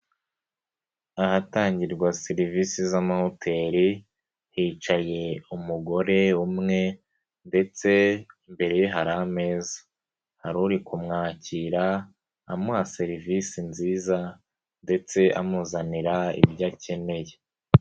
Ahatangirwa serivisi z'amahoteli, hicaye umugore umwe ndetse imbere hari ameza. Hari uri kumwakira, amuha serivisi nziza ndetse amuzanira ibyo akeneye.